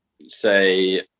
say